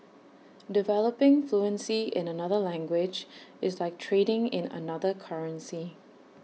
developing fluency in another language is like trading in another currency